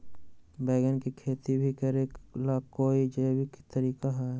बैंगन के खेती भी करे ला का कोई जैविक तरीका है?